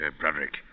Broderick